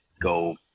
go